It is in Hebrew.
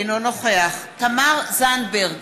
אינו נוכח תמר זנדברג,